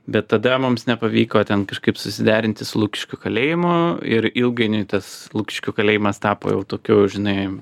bet tada mums nepavyko ten kažkaip susiderinti su lukiškių kalėjimu ir ilgainiui tas lukiškių kalėjimas tapo jau tokiu žinai